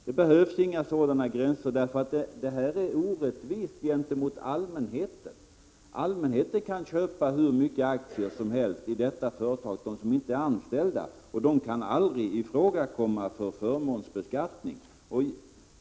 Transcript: Det behövs inga sådana här begränsningar, eftersom de innebär en orättvisa i förhållande till vad som gäller för allmänheten. De som inte är anställda i företaget kan köpa hur många aktier som helst, och de kan aldrig komma i fråga för någon förmånsbeskattning.